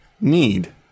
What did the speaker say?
need